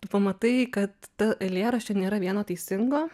tu pamatai kad ta eilėraščio nėra vieno teisingo